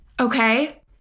Okay